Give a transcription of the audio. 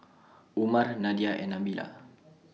Umar Nadia and Nabila